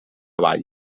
vall